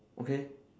okay